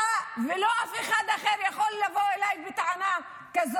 לא אתה ולא אף אחד אחר יכול לבוא אליי בטענה כזאת.